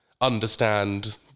understand